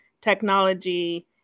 technology